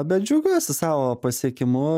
bet džiaugiuosi savo pasiekimu